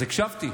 אז הקשבתי.